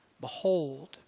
behold